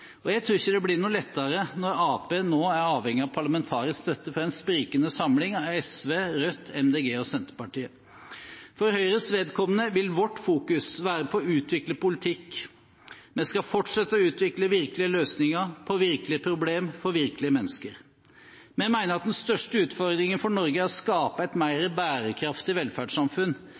Jeg tror ikke det blir noe lettere når Arbeiderpartiet nå er avhengig av parlamentarisk støtte fra en sprikende samling av SV, Rødt, Miljøpartiet De Grønne og Senterpartiet. For Høyres vedkommende vil vårt fokus være på å utvikle politikk. Vi skal fortsette å utvikle virkelige løsninger, på virkelige problemer, for virkelige mennesker. Vi mener at den største utfordringen for Norge er å skape et mer bærekraftig velferdssamfunn.